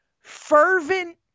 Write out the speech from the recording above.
fervent